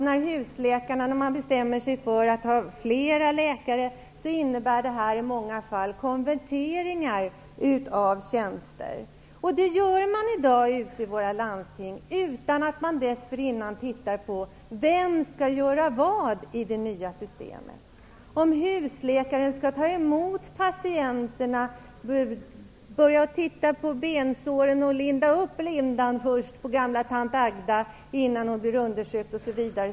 När man bestämmer sig för att ha flera läkare innebär det i många fall konverteringar av tjänster. Det gör man i dag ute i våra landsting utan att man dessförinnan tittar på vem som skall göra vad i det nya systemet. Agda innan hon blir undersökt osv.?